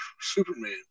Superman